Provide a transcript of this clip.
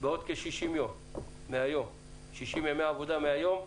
בעוד 60 ימי עבודה מהיום,